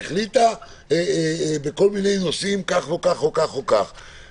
החליטה בכל מיני נושאים כך או כך והאדם